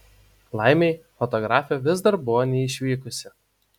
laimei fotografė vis dar buvo neišvykusi